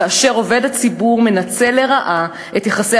כאשר עובד הציבור מנצל לרעה את יחסי